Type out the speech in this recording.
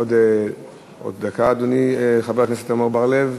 עוד דקה, אדוני חבר הכנסת עמר בר-לב.